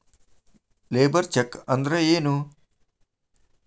Labour check ಅಂದ್ರ ಏನು?